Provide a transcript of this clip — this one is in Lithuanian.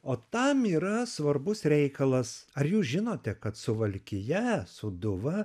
o tam yra svarbus reikalas ar jūs žinote kad suvalkija sūduva